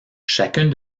chacune